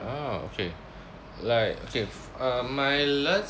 ah okay like okay uh my last